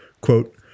Quote